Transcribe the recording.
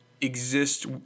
exist